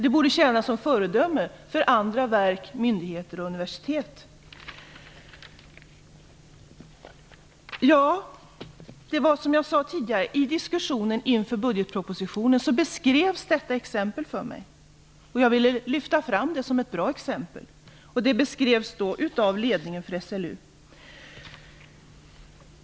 Det borde tjäna som föredöme för andra verk, myndigheter och universitet. I diskussionen inför budgetpropositionen beskrevs detta exempel för mig, som jag sade tidigare. Jag ville lyfta fram det som ett bra exempel. Det beskrevs av ledningen för SLU.